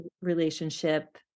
relationship